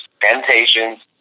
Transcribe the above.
Temptations